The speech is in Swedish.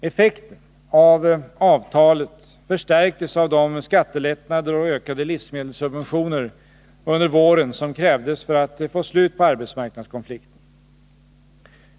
Effekten av avtalet förstärktes av de skattelättnader och ökade livsmedelssubventioner under våren som krävdes för att få slut på arbetsmarknadskonflikten.